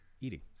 eating